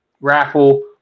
raffle